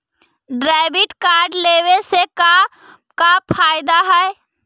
Debit card लेवे से का का फायदा है?